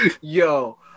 Yo